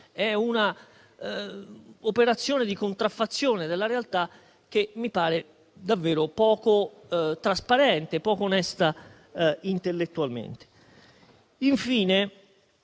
è un'operazione di contraffazione della realtà che mi pare davvero poco trasparente e intellettualmente